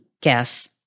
guess